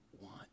want